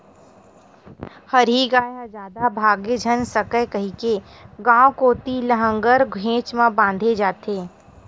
हरही गाय ह जादा भागे झन सकय कहिके गाँव कोती लांहगर घेंच म बांधे जाथे